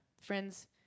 Friends